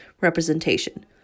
representation